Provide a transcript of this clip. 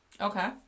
Okay